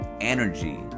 energy